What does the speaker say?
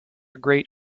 great